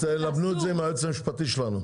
אז תלבנו את זה עם היועץ המשפטי שלנו.